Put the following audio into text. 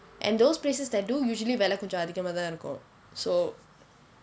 and those places that do usually விலை கொஞ்சம் அதிகமா தான் இருக்கும்:vilai koncham athikamaa thaan irukkum so